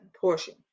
portion